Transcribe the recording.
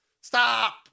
Stop